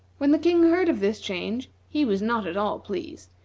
when the king heard of this change, he was not at all pleased,